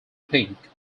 think